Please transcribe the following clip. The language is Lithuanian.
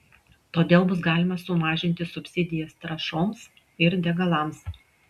todėl bus galima sumažinti subsidijas trąšoms ir degalams